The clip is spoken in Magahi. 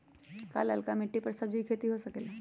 का लालका मिट्टी कर सब्जी के भी खेती हो सकेला?